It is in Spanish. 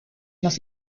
nos